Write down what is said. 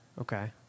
Okay